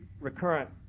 recurrent